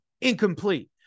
incomplete